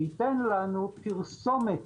שתאפשר פרסומת